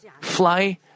fly